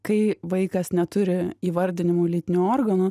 kai vaikas neturi įvardinimų lytinių organų